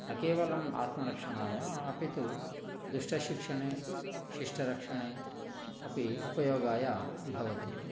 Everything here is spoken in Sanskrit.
न केवलम् आत्मरक्षणाय अपि तु दुष्टशिक्षणे शिष्टरक्षणे अपि उपयोगाय भवति